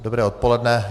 Dobré odpoledne.